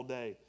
day